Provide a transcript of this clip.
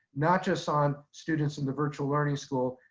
not just on students in the virtual learning school,